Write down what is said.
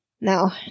No